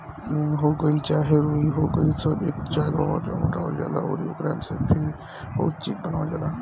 उन हो गइल चाहे रुई हो गइल सब एक जागह जुटावल जाला अउरी ओकरा से फिर बहुते चीज़ बनावल जाला